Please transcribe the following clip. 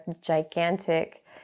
gigantic